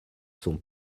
sont